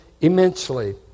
immensely